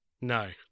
No